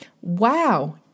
wow